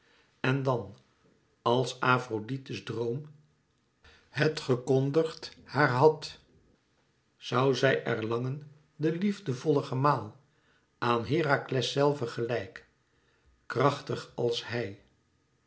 en dan als afrodite's droom het gekondigd haar had zoû zij erlangen den liefdevollen gemaal aan herakles zelven gelijk krachtig als hij